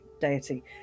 deity